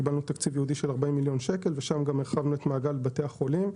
קיבלנו תקציב ייעודי של 40 מיליון שקל והרחבנו את מעגל בתי החולים.